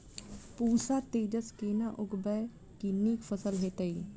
पूसा तेजस केना उगैबे की नीक फसल हेतइ?